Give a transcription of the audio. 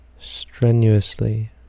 strenuously